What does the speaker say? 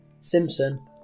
Simpson